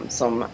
som